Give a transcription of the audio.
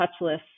touchless